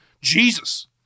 Jesus